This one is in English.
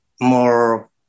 more